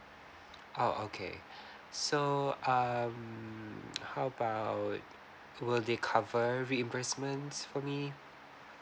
oh okay so um how about will they cover reimbursements for me